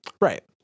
Right